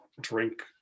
drink